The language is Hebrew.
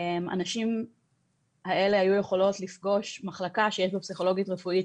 הנשים האלה היו יכולות לפגוש מחלקה שיש בה פסיכולוגית רפואית,